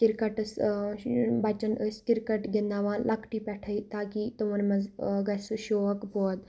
کِرکَٹٕس بَچَن ٲسۍ کِرکَٹ گِنٛدناوان لَکٹہِ پٮ۪ٹھَے تاکہِ تِمَن منٛز گژھِ سُہ شوق پود